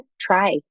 try